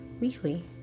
weekly